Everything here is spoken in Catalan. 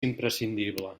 imprescindible